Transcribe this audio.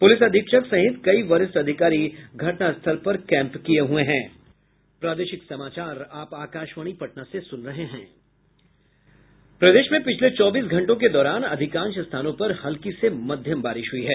प्रलिस अधीक्षक सहित कई वरिष्ठ अधिकारी घटनास्थल पर केंप किये हुए हें प्रदेश में पिछले चौबीस घंटों के दौरान अधिकांश स्थानों पर हल्की से मध्यम बारिश हुई है